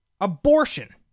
abortion